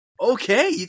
Okay